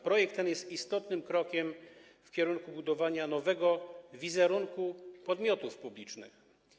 Projekt ten jest istotnym krokiem w kierunku budowania nowego wizerunku podmiotów publicznych.